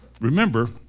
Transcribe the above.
Remember